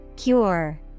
Cure